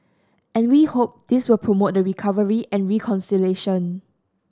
and we hope this will promote the recovery and reconciliation